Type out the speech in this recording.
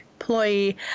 employee